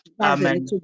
Amen